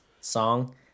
song